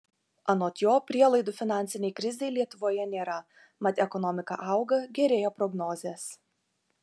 anot jo prielaidų finansinei krizei lietuvoje nėra mat ekonomika auga gerėja prognozės